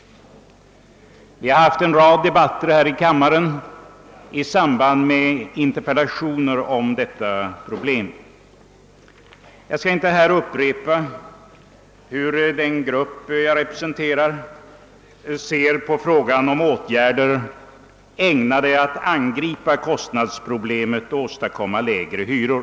Vi har haft en rad debatter här i kammaren i samband med interpellationer om detta problem. Jag skall inte här upprepa, hur den grupp jag representerar ser på frågan om åtgärder, ägnade att angripa kostnadsproblemet och åstadkomma lägre hyror.